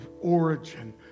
origin